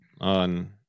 on